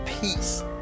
peace